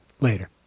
Later